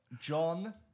John